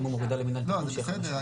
זה בסדר.